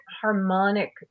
harmonic